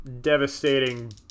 devastating